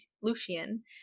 Lucian